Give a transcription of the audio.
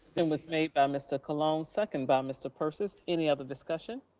and was made by mr. colon second by mr. persis. any other discussion.